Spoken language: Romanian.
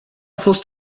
fost